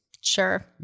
Sure